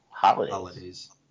Holidays